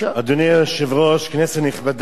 אדוני היושב-ראש, כנסת נכבדה,